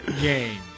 game